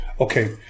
Okay